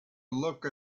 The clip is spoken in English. look